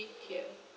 tier